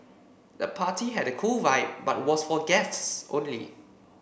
the party had a cool vibe but was for guests only